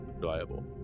reliable